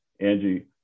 Angie